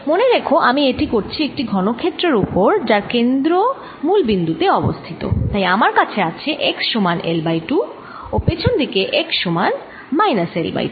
মনে রেখো আমি এটি করছি একটি ঘনক্ষেত্রের ওপর যার কেন্দ্র মূল বিন্দু তে অবস্থিত তাই আমার কাছে আছে x সমান L বাই 2 ও পেছন দিকে x সমান মাইনাস L বাই 2